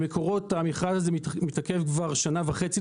במקורות המכרז מתעכב כבר שנה וחצי,